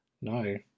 no